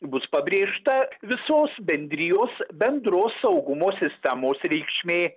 bus pabrėžta visos bendrijos bendros saugumo sistemos reikšmė